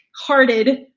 hearted